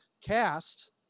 cast